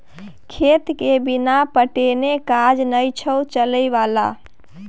खेतके बिना पटेने काज नै छौ चलय बला